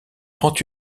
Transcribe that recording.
prend